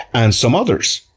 and some others.